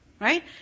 Right